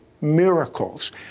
miracles